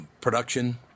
production